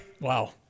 Wow